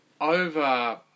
over